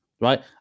right